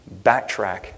Backtrack